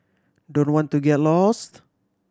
don't want to get lost